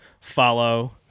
follow